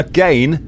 Again